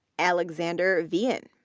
alexander vian,